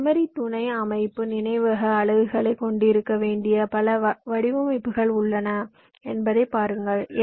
சில மெமரி துணை அமைப்பு நினைவக அலகுகளைக் கொண்டிருக்க வேண்டிய பல வடிவமைப்புகள் உள்ளன என்பதைப் பாருங்கள்